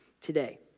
today